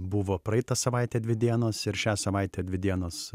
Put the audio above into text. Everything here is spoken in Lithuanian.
buvo praeitą savaitę dvi dienos ir šią savaitę dvi dienos